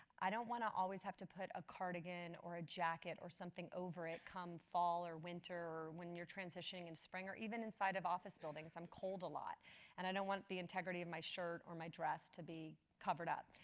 i don't want to always have to put a cardigan or a jacket or something over it, come fall or winter or when you're transitioning in spring or even inside of office buildings. i'm cold a lot and i don't want the integrity of my shirt or my dress to be covered up.